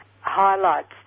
highlights